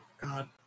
God